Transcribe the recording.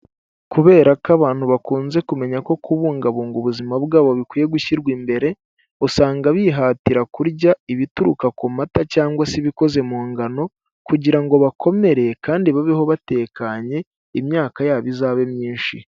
Kubera ko abantu bakunze kumenya ko kubungabunga ubuzima bwabo bikwiye gushyirwa imbere, usanga bihatira kurya ibituruka ku mata cyangwa se ibikoze mu ngano kugira ngo bakomere kandi babeho batekanye, imyaka yabo izabe myinshi.